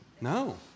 no